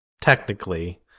technically